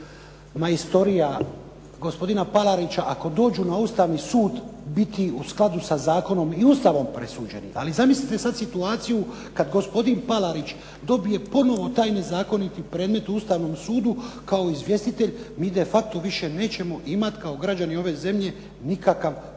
majstorija gospodina Palarića ako dođu na Ustavni sud biti u skladu sa zakonom i Ustavom presuđeni. Ali zamislite sada situaciju kada gospodin Palarić dobije ponovno taj nezakoniti predmet u Ustavnom sudu kao izvjestitelj mi de facto nećemo više imati kao građani ove zemlje nikakav prostor